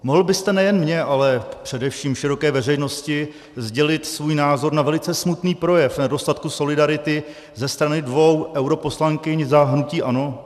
Mohl byste nejen mně, ale především široké veřejnosti sdělit svůj názor na velice smutný projev nedostatku solidarity ze strany dvou europoslankyň za hnutí ANO?